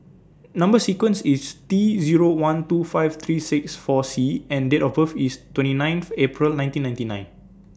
Number sequence IS T Zero one two five three six four C and Date of birth IS twenty ninth April nineteen ninety nine